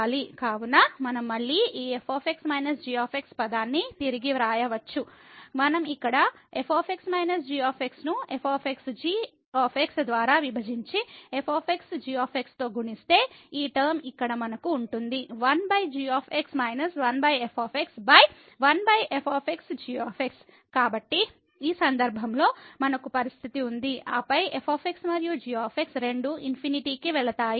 కావున మనం మళ్ళీ ఈ f g పదాన్ని తిరిగి వ్రాయవచ్చు మనం ఇక్కడ f g ను f g ద్వారా విభజించి f g తో గుణిస్తే ఈ టర్మ ఇక్కడ మనకు ఉంటుంది 1g 1f1fg కాబట్టి ఈ సందర్భంలో మనకు పరిస్థితి ఉంది ఆపై f మరియు g రెండూ ఇన్ఫినిటీ కీ వెళతాయి